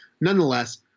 Nonetheless